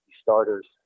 starters